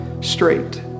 straight